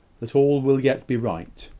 that all will yet be right.